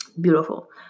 beautiful